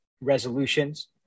resolutions